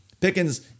Pickens